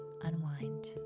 unwind